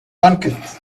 banquet